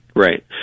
Right